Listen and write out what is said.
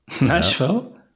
Nashville